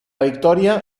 victoria